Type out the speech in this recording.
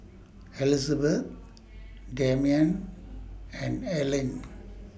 Elizbeth Demian and Earlean